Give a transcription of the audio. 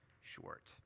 short